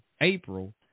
April